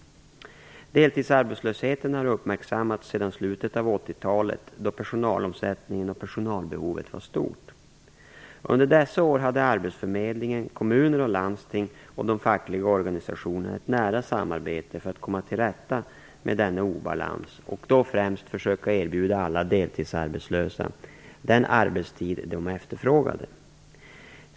Deltidsarbetslösheten har uppmärksammats sedan slutet av 1980-talet, då personalomsättning liksom personalbehov var stort. Under dessa år hade arbetsförmedlingen, kommuner och landsting och de fackliga organisationerna ett nära samarbete för att komma till rätta med denna obalans och då främst försöka erbjuda alla deltidsarbetslösa den arbetstid de efterfrågade.